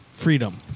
Freedom